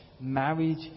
Marriage